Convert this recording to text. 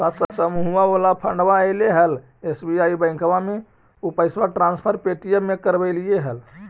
का समुहवा वाला फंडवा ऐले हल एस.बी.आई बैंकवा मे ऊ पैसवा ट्रांसफर पे.टी.एम से करवैलीऐ हल?